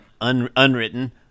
Unwritten